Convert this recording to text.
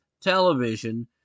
television